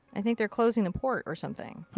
i think they're closing the port, or something.